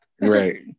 right